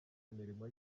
imirimo